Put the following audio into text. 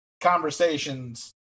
conversations